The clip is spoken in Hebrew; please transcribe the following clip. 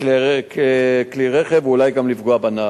כלי רכב ואולי גם לפגוע בנהג.